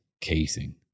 Casing